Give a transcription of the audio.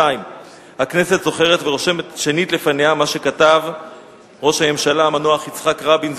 2. הכנסת זוכרת ורושמת שנית לפניה מה שכתב ראש הממשלה המנוח יצחק רבין,